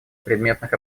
предметных